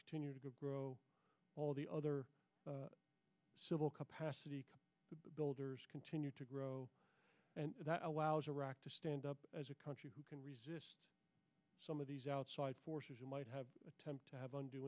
continue to all the other civil capacity builders continue to grow and that allows iraq to stand up as a country who can resist some of these outside forces who might have attempt to have und